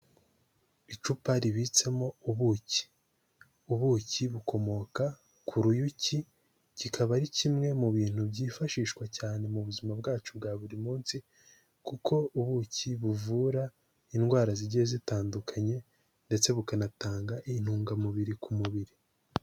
Icupa ribitsemo ubuki, ubuki bukomoka ku ruyuki, kikaba ari kimwe mu bintu byifashishwa cyane mu buzima bwacu bwa buri munsi, kuko ubuki buvura indwara zigiye zitandukanye ndetse bukanatanga intungamubiri ku mubiri.